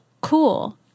cool